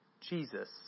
Jesus